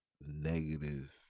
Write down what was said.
negative